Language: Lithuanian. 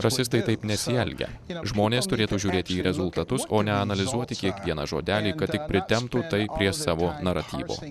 rasistai taip nesielgia žmonės turėtų žiūrėti į rezultatus o ne analizuoti kiekvieną žodelį kad tik pritemptų tai prie savo naratyvo